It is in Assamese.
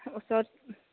ওচৰত